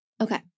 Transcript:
Okay